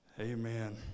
Amen